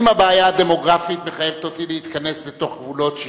אם הבעיה הדמוגרפית מחייבת אותי להתכנס לתוך גבולות 67',